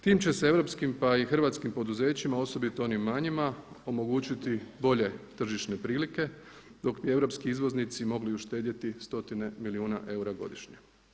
Tim će se europskim, pa i hrvatskim poduzećima osobito onim manjima omogućiti bolje tržišne prilike, dok bi europski izvoznici mogli uštedjeti stotine milijuna eura godišnje.